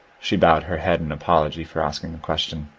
she bowed her head in apology for asking the question.